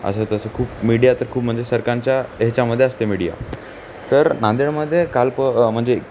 असं तसं खूप मीडियात खूप म्हणजे सरकारच्या याच्यामध्ये असते मीडिया तर नांदेडमध्ये कालपरवा म्हणजे